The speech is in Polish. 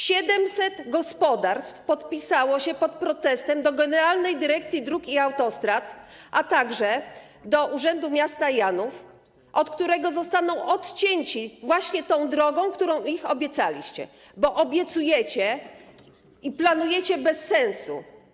700 gospodarstw podpisało się pod protestem do generalnej dyrekcji dróg i autostrad, a także do urzędu miasta Janów, od którego ludzie zostaną odcięci właśnie tą drogą, którą im obiecaliście, bo obiecujecie i planujecie bez sensu.